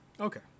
Okay